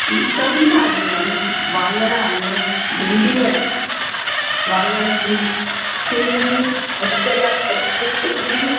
ई सभु ई भाॼियूं आहिनि वाङण आहिनि भिंडियूं आहिनि वाङण भिंडियूं सिङिरियूं अॼुकल्ह अॼुकल्ह सिङिरियूं